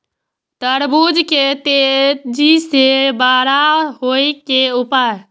तरबूज के तेजी से बड़ा होय के उपाय?